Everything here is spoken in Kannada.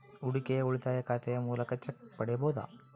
ಹೂಡಿಕೆಯ ಉಳಿತಾಯ ಖಾತೆಯ ಮೂಲಕ ಚೆಕ್ ಪಡೆಯಬಹುದಾ?